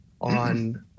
on